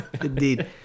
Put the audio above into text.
indeed